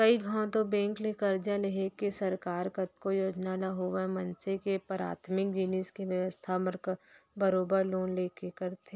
कइ घौं तो बेंक ले करजा लेके सरकार कतको योजना ल होवय मनसे के पराथमिक जिनिस के बेवस्था बर बरोबर लोन लेके करथे